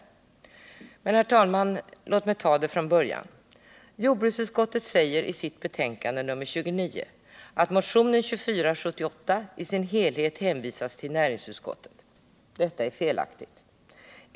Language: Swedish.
Men, herr talman, låt mig ta det från början. Jordbruksutskottet säger i sitt betänkande nr 29 att motionen 2478 i sin helhet hänvisats till näringsutskottet. Detta är felaktigt.